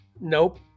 Nope